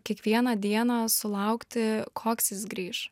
kiekvieną dieną sulaukti koks jis grįš